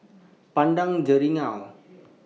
Padang Jeringau